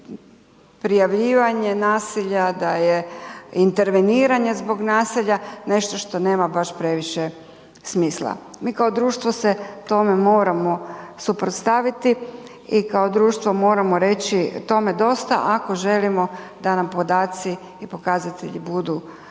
da je prijavljivanje nasilja, da je interveniranje zbog nasilja, nešto što nema baš previše smisla. Mi kao društvo se tome moramo suprotstaviti i kao društvo moramo reći tome dosta ako želimo da nam podaci i pokazatelji budu